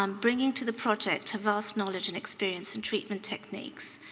um bringing to the project a vast knowledge and experience in treatment techniques.